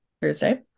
Thursday